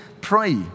pray